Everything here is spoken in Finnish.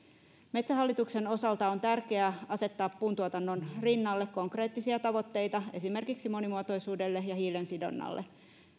metsähallituksen osalta on tärkeää asettaa puuntuotannon rinnalle konkreettisia tavoitteita esimerkiksi monimuotoisuudelle ja hiilensidonnalle